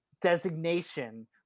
designation